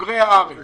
בוגרי הארץ